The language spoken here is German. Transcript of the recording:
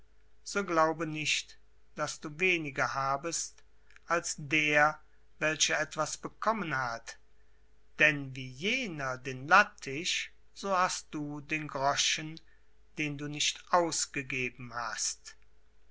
so glaube nicht daß du weniger habest als der welcher etwas bekommen hat denn wie jener den lattich so hast du den groschen den du nicht ausgegeben hast